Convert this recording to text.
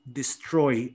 destroy